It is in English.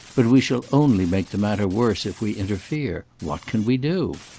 but we shall only make the matter worse if we interfere. what can we do?